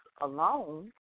alone